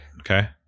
Okay